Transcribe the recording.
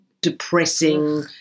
depressing